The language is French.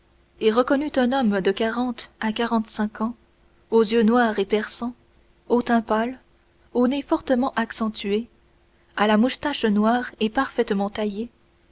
et reconnut un homme de quarante à quarante-cinq ans aux yeux noirs et perçants au teint pâle au nez fortement accentué à la moustache noire et parfaitement taillée